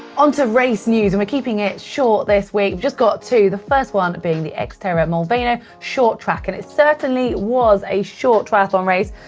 um to race news and we're keeping it short this week. we've just got two. the first one being the xterra molveno short track and it certainly was a short triathlon race.